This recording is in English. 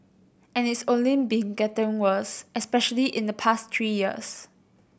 and it's only been getting worse especially in the past three years